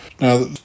Now